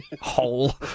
hole